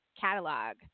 catalog